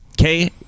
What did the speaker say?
okay